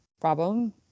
problem